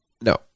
no